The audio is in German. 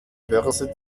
börse